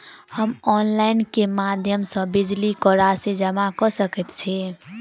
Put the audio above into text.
हम ऑनलाइन केँ माध्यम सँ बिजली कऽ राशि जमा कऽ सकैत छी?